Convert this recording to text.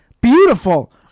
beautiful